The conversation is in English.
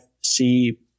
see